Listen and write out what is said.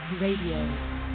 Radio